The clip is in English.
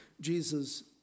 Jesus